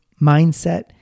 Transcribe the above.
mindset